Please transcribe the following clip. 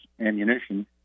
ammunition